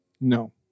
No